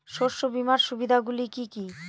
শস্য বীমার সুবিধা গুলি কি কি?